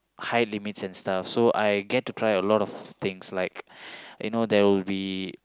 height limits and stuff so I get to try a lot of things you know there will be